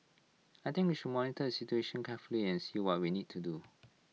I think we should monitor situation carefully and see what we need to do